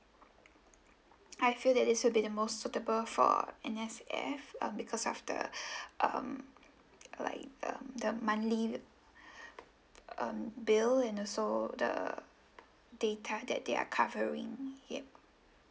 I feel that this will be the most suitable for N_S_F um because of the um like um the monthly um bill and also the data that they are covering yup